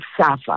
SAFA